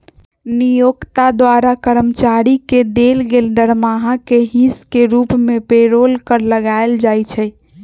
नियोक्ता द्वारा कर्मचारी के देल गेल दरमाहा के हिस के रूप में पेरोल कर लगायल जाइ छइ